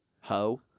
Ho